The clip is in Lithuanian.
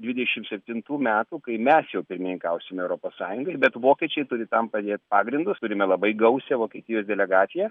dvidešim septintų metų kai mes jau pirmininkausime europos sąjungai bet vokiečiai turi tam padėt pagrindus turime labai gausią vokietijos delegaciją